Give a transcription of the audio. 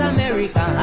America